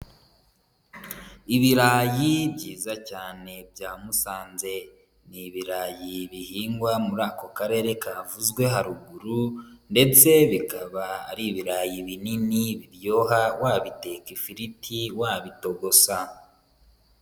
Ibirayi byiza cyane bya Musanze, ni ibirayi bihingwa muri ako karere kavuzwe haruguru, ndetse bikaba ari ibirayi binini biryoha wabiteka ifiliti, wabitogosa.